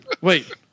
Wait